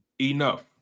enough